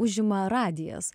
užima radijas